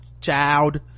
child